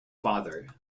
father